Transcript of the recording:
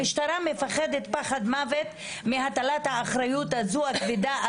המשטרה מפחדת פחד מוות מהטלת האחריות הכבדה הזו